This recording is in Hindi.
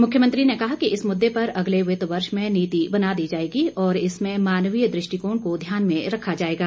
मुख्यमंत्री ने कहा कि इस मुद्दे पर अगले वित्त वर्ष में नीति बना दी जाएगी और इसमें मानवीय दृष्टिकोण को ध्यान में रखा जाएगा